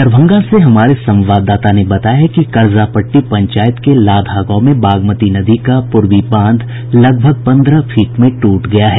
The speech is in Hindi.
दरभंगा से हमारे संवाददाता ने बताया है कि करजापट्टी पंचायत के लाधा गांव में बागमती नदी का पूर्वी बांध लगभग पंद्रह फीट में टूट गया है